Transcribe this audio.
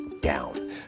down